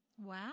Wow